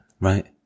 Right